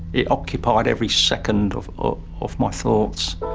it occupied every second of of my thoughts.